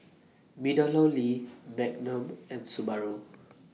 Meadowlea Magnum and Subaru